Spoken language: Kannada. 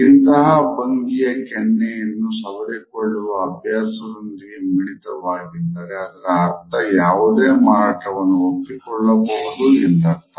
ಇಂತಹ ಭಂಗಿಯು ಕೆನ್ನೆಯನ್ನು ಸವರಿಕೊಳ್ಳುವ ಅಭ್ಯಾಸದೊಂದಿಗೆ ಮಿಳಿತವಾಗಿದ್ದರೆ ಅದರ ಅರ್ಥ ಯಾವುದೇ ಮಾರಾಟವನ್ನು ಒಪ್ಪಿಕೊಳ್ಳುಬಹುದು ಎಂಬ ಅರ್ಥ